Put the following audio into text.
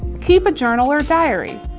keep a journal or diary.